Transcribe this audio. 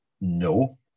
No